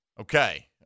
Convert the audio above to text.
Okay